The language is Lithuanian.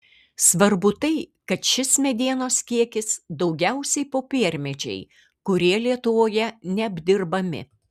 svarbu tai kad šis medienos kiekis daugiausiai popiermedžiai kurie lietuvoje neapdirbami